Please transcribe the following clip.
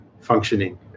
functioning